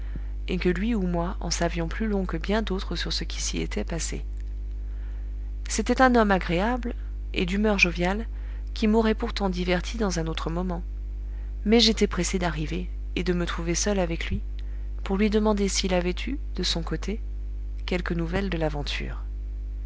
et que lui ou moi en savions plus long que bien d'autres sur ce qui s'y était passé c'était un homme agréable et d'humeur joviale qui m'aurait pourtant diverti dans un autre moment mais j'étais pressé d'arriver et de me trouver seul avec lui pour lui demander s'il avait eu de son côté quelque nouvelle de l'aventure